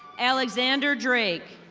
alexander drake.